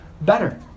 better